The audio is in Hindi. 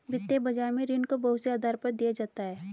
वित्तीय बाजार में ऋण को बहुत से आधार पर दिया जाता है